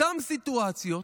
אותן סיטואציות,